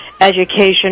Education